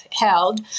held